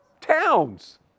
Towns